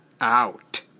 out